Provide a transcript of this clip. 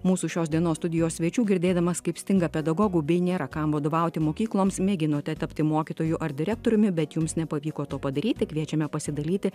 mūsų šios dienos studijos svečių girdėdamas kaip stinga pedagogų bei nėra kam vadovauti mokykloms mėginote tapti mokytoju ar direktoriumi bet jums nepavyko to padaryti kviečiame pasidalyti